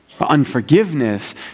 Unforgiveness